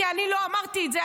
כי אני לא אמרתי את זה,